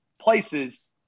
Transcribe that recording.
places